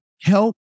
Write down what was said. Help